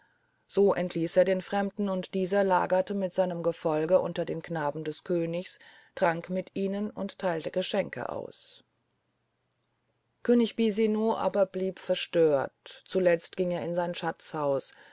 so entließ er den fremden und dieser lagerte mit seinem gefolge unter den knaben des königs trank mit ihnen und teilte geschenke aus könig bisino aber blieb verstört zuletzt ging er in sein